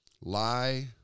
Lie